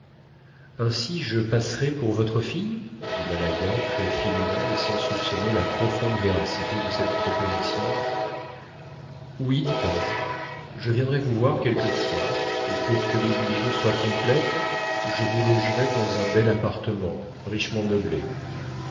ainsi je passerai pour votre fille dit malaga très finement et sans soupçonner la profonde véracité de cette proposition oui dit paz je viendrai vous voir quelquefois et pour que l'illusion soit complète je vous logerai dans un bel appartement richement meublé